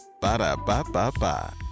Ba-da-ba-ba-ba